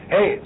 Hey